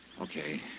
Okay